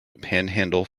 panhandle